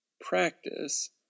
practice